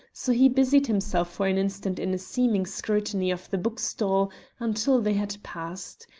so he busied himself for an instant in a seeming scrutiny of the bookstall until they had passed.